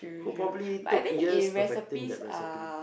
who probably took years perfecting that recipe